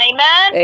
Amen